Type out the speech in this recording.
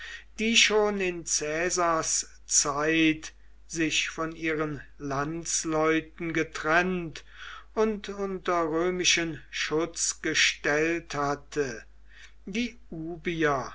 die schon in caesars zeit sich von ihren landsleuten getrennt und unter römischen schutz gestellt hatte die ubier